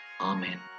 Amen